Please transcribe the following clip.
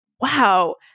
Wow